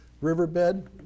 riverbed